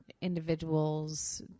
individuals